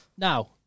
Now